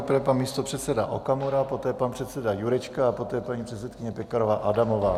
Nejprve pan místopředseda Okamura, poté pan předseda Jurečka a poté paní předsedkyně Pekarová Adamová.